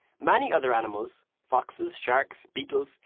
many other animals, foxes, sharks, beetles,